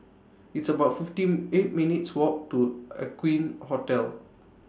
It's about fifteen eight minutes' Walk to Aqueen Hotel